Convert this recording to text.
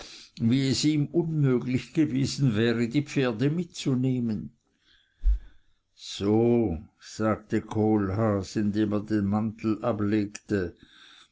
wie es ihm unmöglich gewesen wäre die pferde mitzunehmen so sagte kohlhaas indem er den mantel ablegte